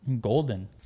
golden